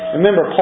Remember